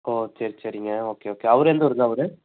ஓ சரி சரிங்க okay okay அவரு எந்த ஊருங்க அவரு